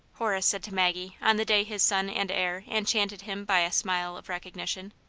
horace said to maggie on the day his son and heir enchanted him by a smile of recognition.